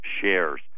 shares